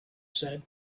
said